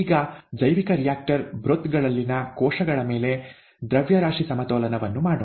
ಈಗ ಜೈವಿಕ reactor broth ಗಳಲ್ಲಿನ ಕೋಶಗಳ ಮೇಲೆ ದ್ರವ್ಯರಾಶಿ ಸಮತೋಲನವನ್ನು ಮಾಡೋಣ